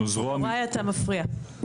יוראי, אתה מפריע.